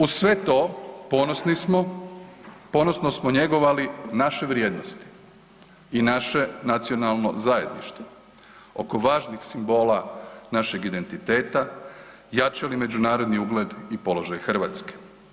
Uz sve to ponosno smo njegovali naše vrijednosni i naše nacionalno zajedništvo oko važnih simbola našeg identiteta, jačali međunarodni ugled i položaj Hrvatske.